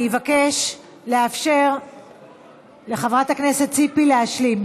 אני אבקש לאפשר לחברת הכנסת ציפי להשלים.